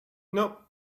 nope